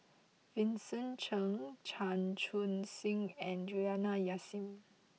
Vincent Cheng Chan Chun Sing and Juliana Yasin